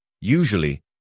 Usually